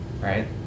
right